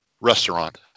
restaurant